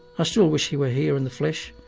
i still wish he were here in the flesh,